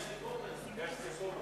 יש סיכום.